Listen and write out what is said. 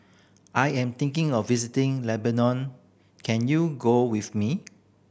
I am thinking of visiting Lebanon can you go with me